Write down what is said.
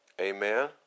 Amen